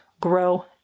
grow